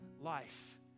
life